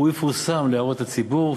הוא יפורסם להערות הציבור.